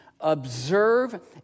observe